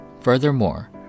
Furthermore